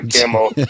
camo